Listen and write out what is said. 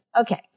Okay